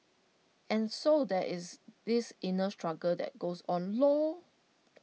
and so there is this inner struggle that goes on lor